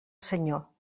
senyor